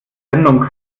sendung